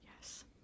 Yes